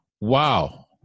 Wow